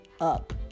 up